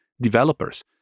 Developers